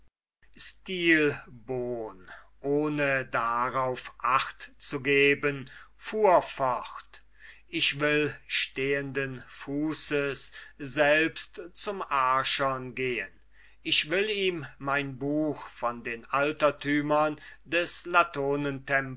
stilbon ohne darauf acht zu geben fuhr fort ich will stehenden fußes selbst zum archon gehen ich will ihm mein buch von den altertümern des